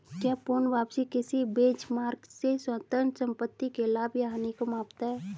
क्या पूर्ण वापसी किसी बेंचमार्क से स्वतंत्र संपत्ति के लाभ या हानि को मापता है?